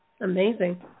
Amazing